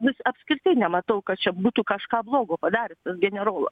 nes apskritai nematau kad čia būtų kažką blogo padaręs tas generolas